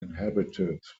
inhabited